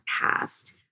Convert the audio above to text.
past